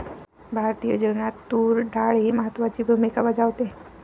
भारतीय जेवणात तूर डाळ ही महत्त्वाची भूमिका बजावते